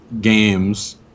games